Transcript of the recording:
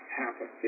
happen